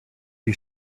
you